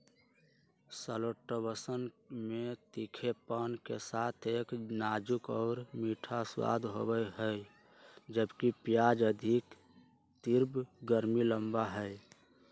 शैलोट्सवन में तीखेपन के साथ एक नाजुक और मीठा स्वाद होबा हई, जबकि प्याज अधिक तीव्र गर्मी लाबा हई